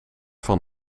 van